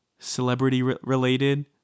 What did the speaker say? celebrity-related